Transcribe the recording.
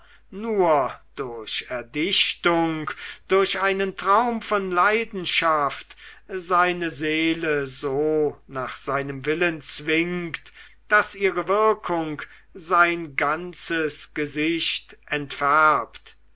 nur durch erdichtung durch einen traum von leidenschaft seine seele so nach seinem willen zwingt daß ihre wirkung sein ganzes gesicht